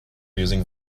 using